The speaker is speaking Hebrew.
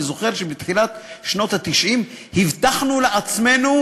אני זוכר שבתחילת שנות ה-90 הבטחנו לעצמנו,